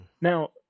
Now